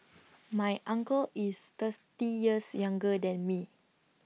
my uncle is thirsty years younger than me